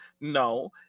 no